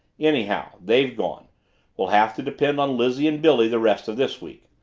anyhow, they've gone we'll have to depend on lizzie and billy the rest of this week.